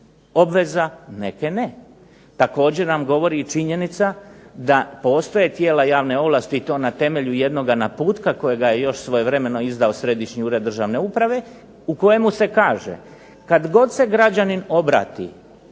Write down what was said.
obveza, neke ne. Također nam govori i činjenica da postoje tijela javne ovlasti, i to na temelju jednoga naputka kojega je još svojevremeno izdao središnji ured državne uprave, u kojemu se kaže kad god se građanin obrati